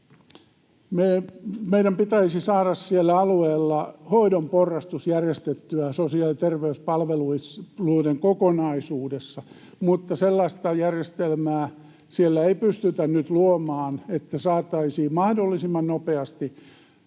Meidän pitäisi saada siellä alueilla hoidon porrastus järjestettyä sosiaali- ja terveyspalveluiden kokonaisuudessa, mutta sellaista järjestelmää siellä ei pystytä nyt luomaan, että saataisiin mahdollisimman nopeasti